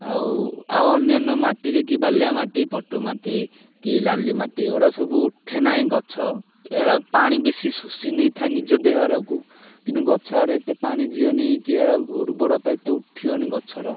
ଆଉ ଆଉ ଅନ୍ୟାନ୍ୟ ମାଟିରେ କି ବାଲିଆ ମାଟି ପଟୁ ମାଟି କି ଲାଲି ମାଟି ଏଇଗୁଡ଼ା ସବୁ ଉଠେ ନାହିଁ ଗଛ ଏରା ପାଣି ବେଶୀ ଶୋଷି ନେଇଥାଏ ନିଜ ଦେହଗୁଡ଼ାକୁ କିନ୍ତୁ ଗଛଆଡ଼େ ଏତେ ପାଣି ଯିବନି କି ଏଗୁଡ଼ା ଉର୍ବରତା ଏତେ ଉଠିବନି ଗଛର